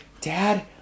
Dad